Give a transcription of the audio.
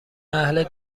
اهل